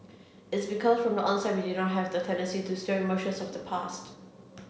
it's because from the onset we did not have the tendency to stir emotions of the past